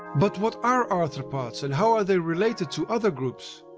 but what are arthropods and how are they related to other groups?